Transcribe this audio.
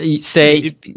say